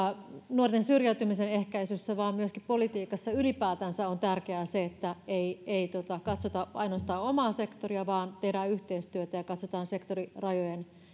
nuorten syrjäytymisen ehkäisyssä vaan myöskin politiikassa ylipäätänsä on tärkeää se että ei ei katsota ainoastaan omaa sektoria vaan tehdään yhteistyötä ja katsotaan sektorirajojen